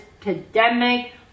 pandemic